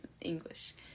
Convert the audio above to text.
English